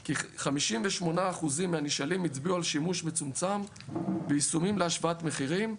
כי 58% מהנשאלים הצביעו על שימוש מצומצם ביישומונים להשוואת מחירים.